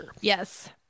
Yes